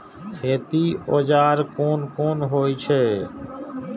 खेती औजार कोन कोन होई छै?